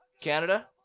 Canada